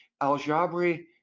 Al-Jabri